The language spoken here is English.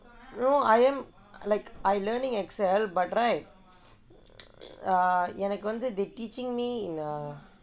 no I am like I learning Excel but right err எனக்கு வந்து:enakku vanthu they teaching me in a